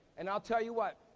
and i'll tell you what,